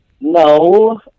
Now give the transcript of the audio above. No